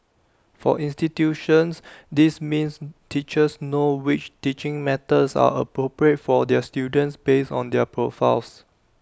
for institutions this means teachers know which teaching methods are appropriate for their students based on their profiles